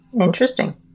interesting